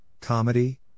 comedy